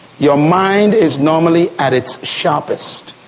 your mind is normally at it's sharpest.